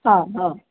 हां हां